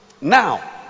Now